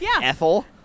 Ethel